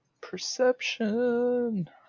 Perception